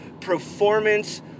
performance